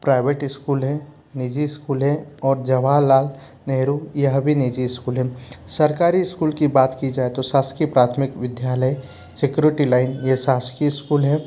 private school हैं निजी school हैं और जवाहरलाल नेहरू यह भी निजी स्कूल है सरकारी स्कूल की बात की जाए तो साशकीय प्राथमिक विद्यालय सिक्योरिटी लाइन यह साशकीय स्कूल है